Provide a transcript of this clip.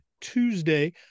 Tuesday